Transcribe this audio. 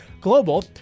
Global